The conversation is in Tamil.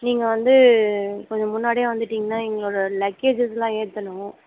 நீங்கள் வந்து கொஞ்சம் முன்னாடியே வந்துட்டிங்கனா எங்களோட லக்கேஜஸ்லாம் ஏற்றணும்